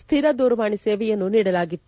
ಸ್ಥಿರ ದೂರವಾಣಿ ಸೇವೆಯನ್ನು ನೀಡಲಾಗಿತ್ತು